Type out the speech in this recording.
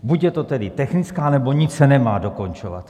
Buď je to tedy technická, nebo nic se nemá dokončovat.